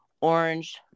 orange